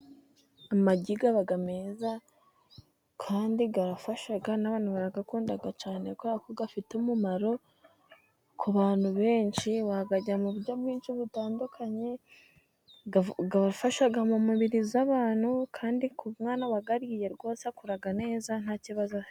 Amagi aba meza kandi arafasha, n'abantu barayakunda cyane kuko afite umumaro ku bantu benshi. Bayarya mu buryo bwinshi butandukanye arafasha mu mibiri y'abantu, kandi ku mwana wayariye rwose akura neza nta kibazo afite.